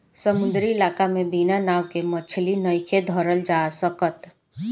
समुंद्री इलाका में बिना नाव के मछली नइखे धरल जा सकत